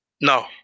No